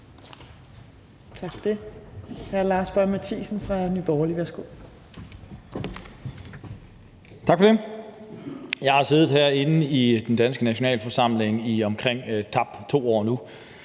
Jeg har siddet herinde i den danske nationalforsamling i omkring 2 år nu,